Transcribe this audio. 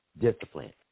discipline